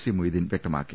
C Moideen വ്യക്തമാക്കി